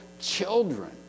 children